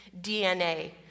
DNA